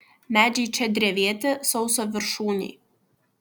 medžiai čia drevėti sausaviršūniai